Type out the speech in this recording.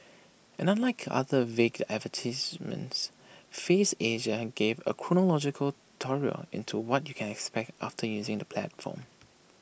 and unlike other vague advertisements Faves Asia gave A chronological tutorial into what you can expect after using the platform